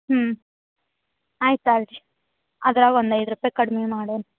ಹ್ಞೂ ಆಯ್ತು ತೊಗಳ್ ರೀ ಅದ್ರಾಗೆ ಒಂದು ಐದು ರೂಪಾಯಿ ಕಡ್ಮೆ ಮಾಡೋಣ